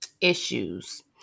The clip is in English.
issues